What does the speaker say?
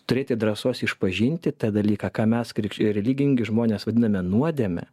turėti drąsos išpažinti tą dalyką ką mes krikš religingi žmonės vadiname nuodėme